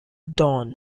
dawn